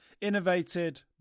Innovated